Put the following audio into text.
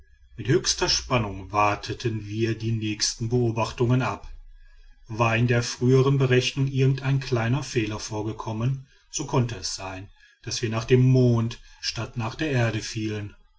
mit höchster spannung warteten wir die nächste beobachtung ab war in der früheren berechnung irgendein kleiner fehler vorgekommen so konnte es sein daß wir nach dem mond statt nach der erde fielen